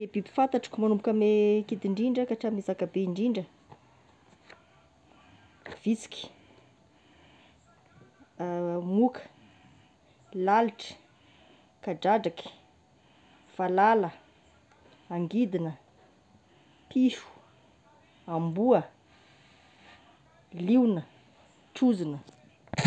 Ny biby fantatroko, manomboka amine kidy indrindra ka hatramin'ny zakabe indrindra: visiky, moka, lalitra, kadradraky, valala, angidina, piso, amboa, liona, trozona.